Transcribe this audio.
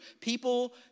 People